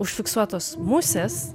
užfiksuotos musės